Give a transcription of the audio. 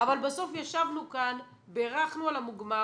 אבל בסוף ישבנו כאן, בירכנו על המוגמר.